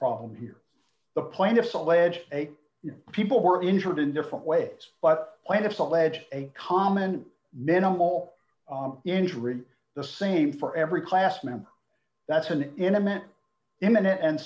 problem here the plaintiffs allege eight people were injured in different ways but plaintiffs allege a common minimal injury the same for every class member that's an intimate imminent and